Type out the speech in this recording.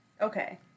Okay